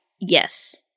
yes